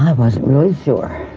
i wasn't really sure.